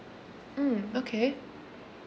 mm okay